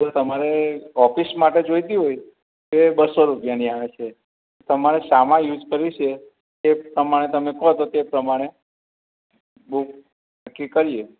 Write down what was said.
તો તમારે ઓફિસ માટે જોઈતી હોય એ બસો રૂપિયાની આવે છે તમારે શામાં યુસ કરવી છે એ પ્રમાણે તમે કહો તો તે પ્રમાણે બુક નક્કી કરીએ